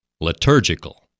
Liturgical